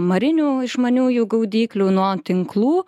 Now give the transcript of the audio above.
marinių išmaniųjų gaudyklių nuo tinklų